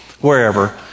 wherever